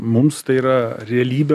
mums tai yra realybė